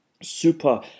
super